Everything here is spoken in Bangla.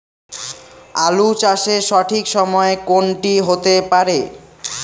আলু চাষের সঠিক সময় কোন টি হতে পারে?